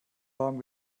warm